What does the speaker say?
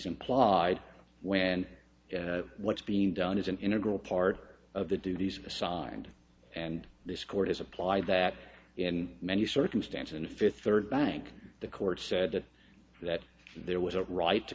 implied when what's being done is an integral part of the duties assigned and this court is applied that in many circumstances and fifth third bank the court said that there was a right to